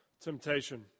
temptation